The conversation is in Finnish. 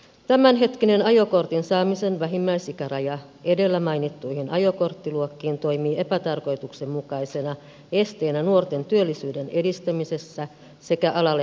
tämänhetkinen ajokortin saamisen vähimmäisikäraja edellä mainittuihin ajokorttiluokkiin toimii epätarkoituksenmukaisena esteenä nuorten työllisyyden edistämisessä sekä alalle hakeutumisessa